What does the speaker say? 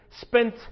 spent